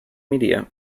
media